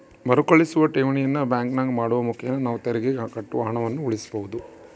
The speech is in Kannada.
ಮರುಕಳಿಸುವ ಠೇವಣಿಯನ್ನು ಬ್ಯಾಂಕಿನಾಗ ಮಾಡುವ ಮುಖೇನ ನಾವು ತೆರಿಗೆಗೆ ಕಟ್ಟುವ ಹಣವನ್ನು ಉಳಿಸಬಹುದು